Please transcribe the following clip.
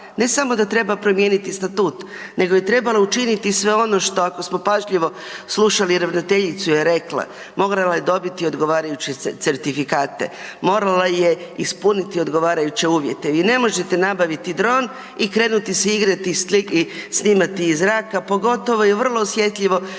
ne samo da treba promijeniti statut, nego je trebalo učiniti i sve ono što, ako smo pažljivo slušali ravnateljica je rekla, morala je dobiti odgovarajuće certifikate, morala je ispuniti odgovarajuće uvjete. Vi ne možete nabaviti dron i krenuti se igrati i snimati iz zraka, pogotovo je vrlo osjetljivo